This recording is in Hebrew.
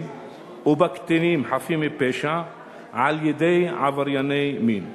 ובקטינים חפים מפשע על-ידי עברייני מין.